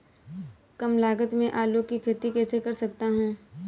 कम लागत में आलू की खेती कैसे कर सकता हूँ?